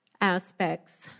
aspects